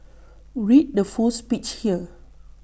read the full speech here